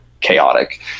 chaotic